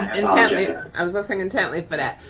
and i was listening intently for that.